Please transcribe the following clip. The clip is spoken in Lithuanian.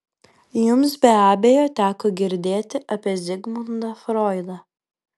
jums be abejo teko girdėti apie zigmundą froidą